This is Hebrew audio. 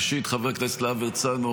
ראשית, חבר הכנסת להב הרצנו,